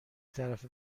طرفه